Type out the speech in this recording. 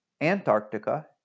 Antarctica